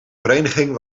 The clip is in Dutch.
vereniging